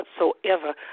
whatsoever